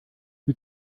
wie